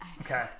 Okay